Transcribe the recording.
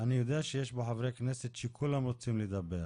אני יודע שיש פה חברי כנסת וכולם רוצים לדבר.